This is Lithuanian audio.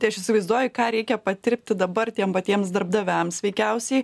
tai aš įsivaizduoju ką reikia patirpti dabar tiem va tiems darbdaviams veikiausiai